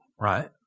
Right